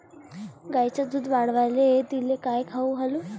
गायीचं दुध वाढवायले तिले काय खाऊ घालू?